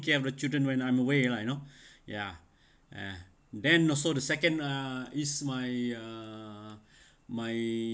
care of the children when I'm away lah you know ya eh then also the second uh is my uh my